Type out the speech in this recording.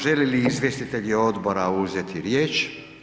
Žele li izvjestitelji odbora uzeti riječ?